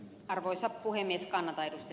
arvoisa puhemies